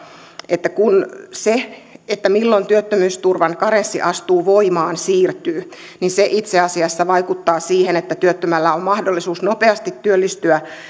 että kun se milloin työttömyysturvan karenssi astuu voimaan siirtyy niin se itse asiassa vaikuttaa siihen että työttömällä on mahdollisuus nopeasti työllistyä